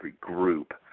group